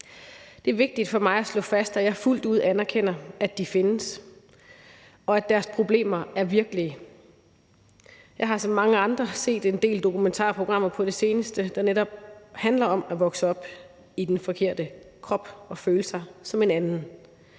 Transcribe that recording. Det er vigtigt for mig at slå fast, at jeg fuldt ud anerkender, at de findes, og at deres problemer er virkelige. Jeg har som mange andre set en del dokumentarprogrammer på det seneste, der netop handler om at vokse op i den forkerte krop og føle sig som en anden.